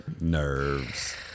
nerves